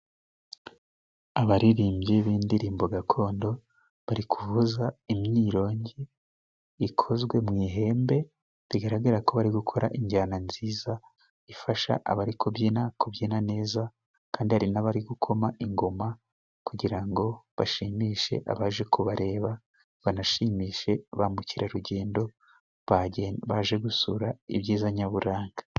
Abaririmbyi b'indirimbo gakondo bari kuvuza imyirongi ikozwe mu ihembe. Bigaragara ko bari gukora injyana nziza ifasha abari kubyina kubyina neza, kandi hari n'abari gukoma ingoma kugira ngo bashimishe abaje kubareba, banashimishe ba mukerarugendo baje gusura ibyiza nyaburanga.